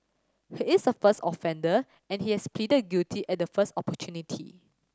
he is a first offender and he has pleaded guilty at the first opportunity